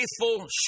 Faithful